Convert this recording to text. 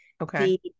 Okay